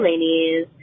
ladies